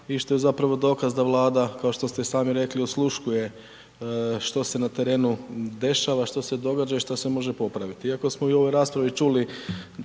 i što je zapravo dokaz da je Vlada kao što ste i sami rekli osluškuje što se na terenu dešava, što se događa i što se može popraviti. Iako smo u ovoj raspravi čuli